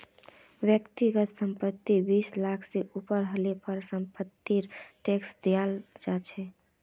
व्यक्तिगत संपत्ति तीस लाख से ऊपर हले पर समपत्तिर टैक्स लियाल जा छे